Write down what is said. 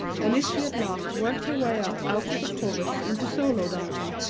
and if she at last worked her way up out of the chorus into solo dancing,